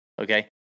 okay